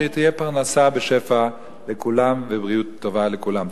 שתהיה פרנסה בשפע לכולם ובריאות טובה לכולם.